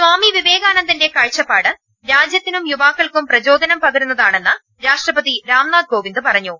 സ്വാമി വിവേകാനന്ദന്റെ കാഴ്ചപ്പാട് രാജ്യത്തിനും യുവാ ക്കൾക്കും പ്രചോദനം പകരുന്നതാണെന്ന് രാഷ്ട്രപതി രാം നാഥ് കോവിന്ദ് പറഞ്ഞു